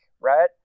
Right